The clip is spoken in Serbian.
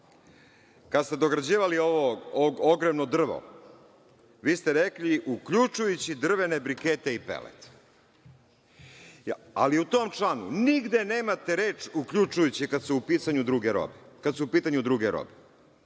kada ste dograđivali ovo ogrevno drvo, vi ste rekli, uključujući i drvene brikete i pelet. Ali u tom članu nigde nemate reč uključujući kada su u pitanju druge robe.